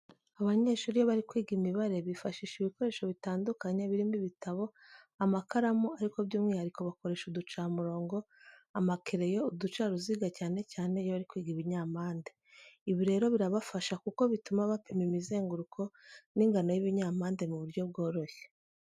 Abanyeshuri iyo bari kwiga imibare bifashisha ibikoresho bitandukanye birimo ibitabo, amakaramu ariko by'umwihariko bakoresha uducamurongo, amakereyo, uducaruziga cyane cyane iyo bari kwiga ibinyampande. Ibi rero birabafasha kuko bituma bapima imizenguruko n'ingano y'ibinyampande mu buryo bworoshye.